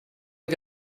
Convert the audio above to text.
que